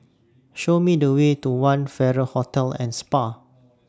Show Me The Way to one Farrer Hotel and Spa